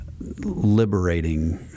liberating